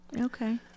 Okay